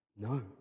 No